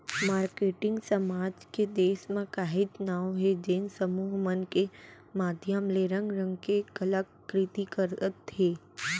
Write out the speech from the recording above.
marketing समाज के देस म काहेच नांव हे जेन समूह मन के माधियम ले रंग रंग के कला कृति करत हे